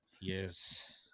Yes